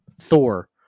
Thor